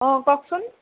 অ' কওকচোন